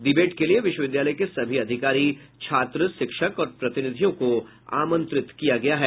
debate के लिये विश्वविद्यालय के सभी अधिकारी छात्र शिक्षक और प्रतिनिधियों को आमंत्रित किया गया है